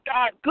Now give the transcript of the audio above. God